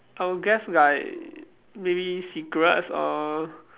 I will guess like maybe secrets or